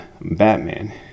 Batman